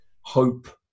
hope